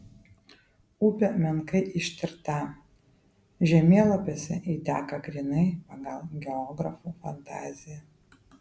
upė menkai ištirta žemėlapiuose ji teka grynai pagal geografų fantaziją